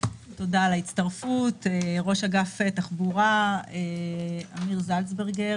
תודה על ההצטרפות; ראש אגף תחבורה אמיר זלצברג.